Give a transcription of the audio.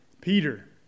Peter